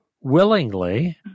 willingly